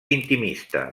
intimista